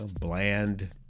bland